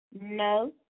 No